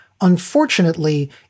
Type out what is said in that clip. Unfortunately